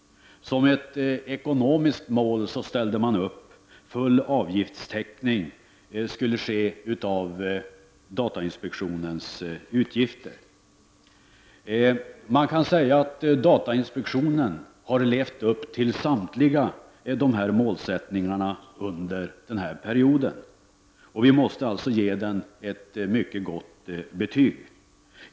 Som ett ekonomiskt mål ställdes upp full avgiftstäckning av inspektionens utgifter. Man kan säga att datainspektionen under perioden har uppfyllt sina målsättningar. Vi måste ge den ett mycket gott betyg.